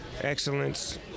excellence